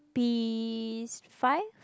P s~ five